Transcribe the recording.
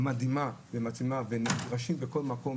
שהיא מדהימה והן נדרשות בכל מקום,